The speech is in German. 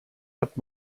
hat